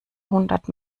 hundert